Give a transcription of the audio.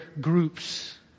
groups